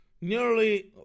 nearly